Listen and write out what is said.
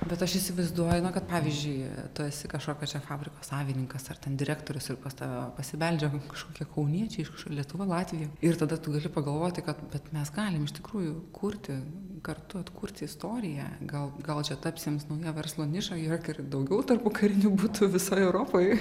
bet aš įsivaizduoju na kad pavyzdžiui tu esi kažkokio čia fabriko savininkas ar ten direktorius ir pas tave pasibeldžia kažkokie kauniečiai iš kažko lietuva latvija ir tada tu gali pagalvoti kad vat mes galime iš tikrųjų kurti kartu atkurti istoriją gal gal čia taps jiems nauja verslo niša yra kir daugiau tarpukarinių butų visoj europoj